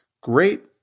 Great